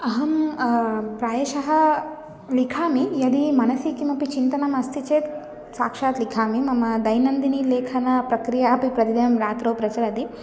अहं प्रायशः लिखामि यदि मनसि किमपि चिन्तनमस्ति चेत् साक्षात् लिखामि मम दैनन्दिनी लेखनप्रक्रियापि प्रतिदिनं रात्रौ प्रचलति